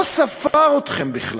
לא ספר אתכם בכלל,